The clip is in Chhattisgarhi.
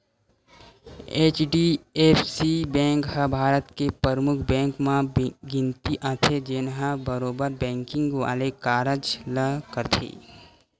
एच.डी.एफ.सी बेंक ह भारत के परमुख बेंक मन म गिनती आथे, जेनहा बरोबर बेंकिग वाले कारज ल करथे